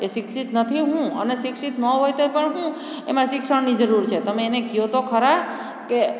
એ શિક્ષિત નથી હું અને શિક્ષિત ન હોય તો પણ હું એમાં શિક્ષણની જરૂર છે તમે એને કહો તો ખરા કે